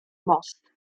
most